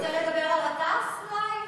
אתה רוצה לדבר על גטאס אולי?